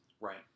Right